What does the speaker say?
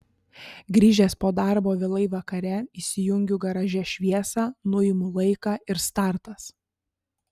grįžęs po darbo vėlai vakare įsijungiu garaže šviesą nuimu laiką ir startas